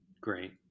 Great